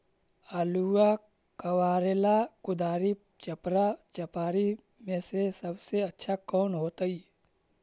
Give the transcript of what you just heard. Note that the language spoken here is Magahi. आलुआ कबारेला कुदारी, चपरा, चपारी में से सबसे अच्छा कौन होतई?